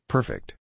Perfect